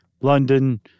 London